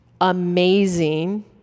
amazing